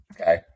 Okay